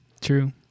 True